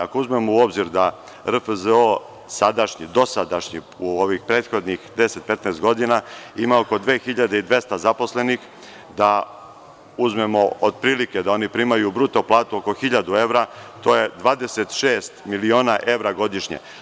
Ako uzmemo u obzir da RFZO dosadašnji, u prethodnih 10 do 15 godina, ima oko 2.200 zaposlenih, da uzmemo da oni primaju bruto platu oko hiljadu evra, to vam je 26 miliona evra godišnje.